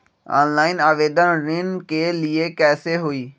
Online आवेदन ऋन के लिए कैसे हुई?